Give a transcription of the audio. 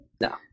No